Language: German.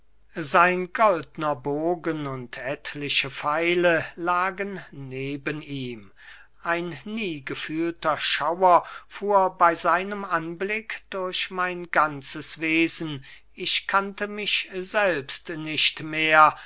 sein goldner bogen und etliche pfeile lagen neben ihm ein nie gefühlter schauer fuhr bey seinem anblick durch mein ganzes wesen ich kannte mich selbst nicht mehr